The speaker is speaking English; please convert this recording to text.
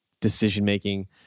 decision-making